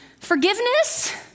forgiveness